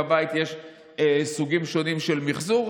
אצלנו בבית יש סוגים שונים של מחזור.